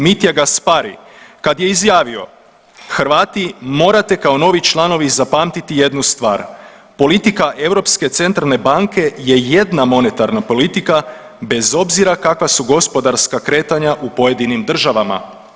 Mitja Gaspari kad je izjavio Hrvati morate kao novi članovi zapamtiti jednu stvar politika Europske centralne banke je jedna monetarna politika bez obzira kakva su gospodarska kretanja u pojedinim državama.